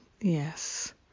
Yes